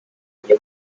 tujye